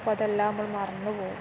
അപ്പം അതെല്ലാം നമ്മൾ മറന്നു പോകും